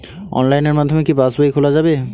অনলাইনের মাধ্যমে কি পাসবই খোলা যাবে?